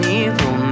evil